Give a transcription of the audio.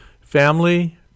family